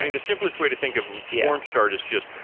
the simplest way to think of yeah warm start is just,